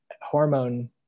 hormone